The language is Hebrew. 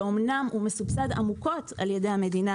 שאומנם הוא מסובסד עמוקות על ידי המדינה,